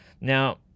now